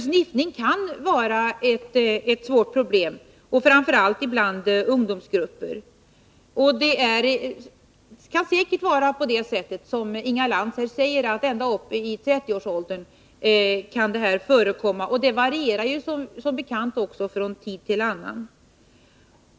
Sniffning kan vara ett svårt problem, framför allt bland ungdomsgrupperna. Det kan säkert också vara så som Inga Lantz säger, nämligen att sniffning kan förekomma ända upp i 30-årsåldern. Missbruket varierar som bekant från tid till annan.